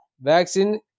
vaccine